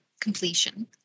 completion